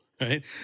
right